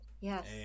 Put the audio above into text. yes